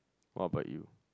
what about you